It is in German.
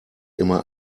immer